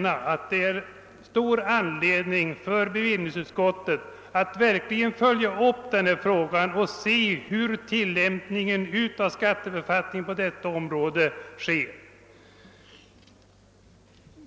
anförde säga att det är stor anledning för bevillningsutskottet att verkligen följa upp den här frågan och se hur tillämpningen av skatteförfattningen på detta område sker.